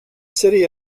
city